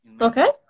Okay